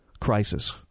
crisis